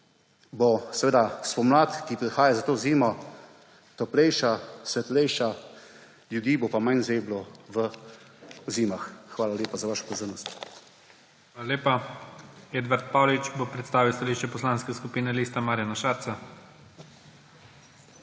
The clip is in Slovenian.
bo pomlad, ki prihaja za to zimo, toplejša, svetlejša, ljudi bo pa manj zeblo v zimah. Hvala lepa za vašo pozornost. PREDSEDNIK IGOR ZORČIČ: Hvala lepa. Edvard Paulič bo predstavil stališče Poslanske skupine Liste Marjana Šarca.